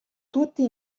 tutti